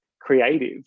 creative